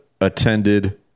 attended